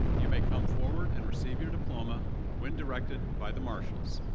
you may come forward and receive your diploma when directed by the marshals.